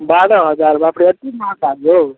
बारह हजार बाप रे एते महगा यौ